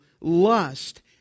lust